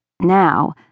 now